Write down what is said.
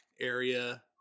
area